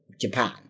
Japan